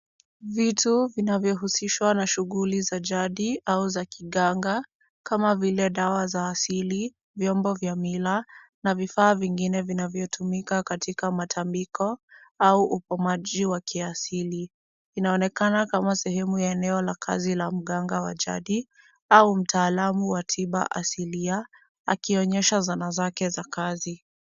Vitu vinavyo husishwa na shughuli za jadi au za kiganga kama vile dawa za asili, vyombo vya mila na vifaa vingine vinavyotumika katika matambiko au ukumaji wa kiasili. Inaonekana kama sehemu ya eneo la kazi la mganga wa jadi au mtaalamu wa tiba asilia akionyesha zana zake za kazi.